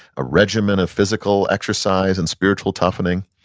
a regiment of physical exercise and spiritual toughening,